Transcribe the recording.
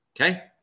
Okay